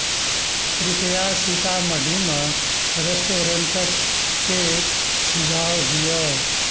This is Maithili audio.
कृपया सीतामढ़ीमे रेस्टोरेन्टके सुझाव दिअ